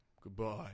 Goodbye